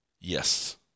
Yes